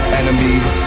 enemies